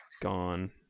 gone